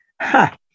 Ha